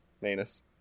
Manus